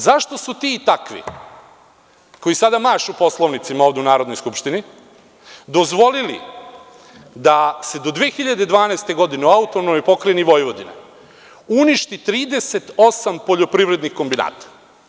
Zašto su ti i takvi koji sada mašu poslovnicima ovde u Narodnoj skupštini dozvolili da se do 2012. godine u AP Vojvodini uništi 38 poljoprivrednih kombinata?